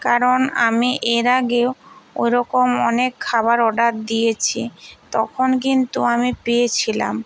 কারণ আমি এর আগেও ওরকম অনেক খাবার অর্ডার দিয়েছি তখন কিন্তু আমি পেয়েছিলাম